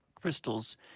crystals